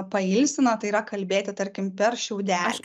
pailsina tai yra kalbėti tarkim per šiaudelį